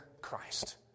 Christ